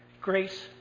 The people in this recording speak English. Grace